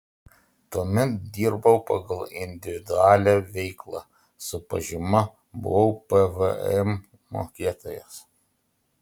tuomet dirbau pagal individualią veiklą su pažyma buvau pvm mokėtojas